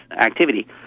activity